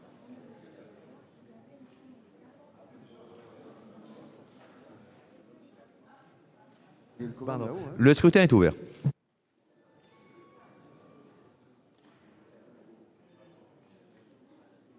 Le scrutin est ouvert.